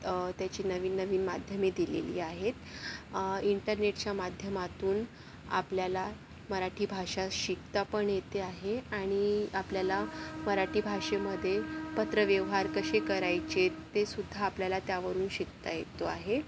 त्याची नवीन नवीन माध्यमे दिलेली आहेत इंटरनेटच्या माध्यमातून आपल्याला मराठी भाषा शिकतापण येते आहे आणि आपल्याला मराठी भाषेमध्ये पत्र व्यवहार कसे करायचे तेसुद्धा आपल्याला त्यावरून शिकता येतो आहे